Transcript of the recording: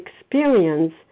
experience